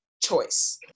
choice